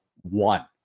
one